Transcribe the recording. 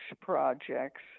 projects